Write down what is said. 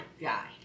guy